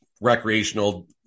recreational